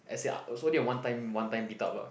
as ya also the one time one time beat up lah